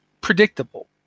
predictable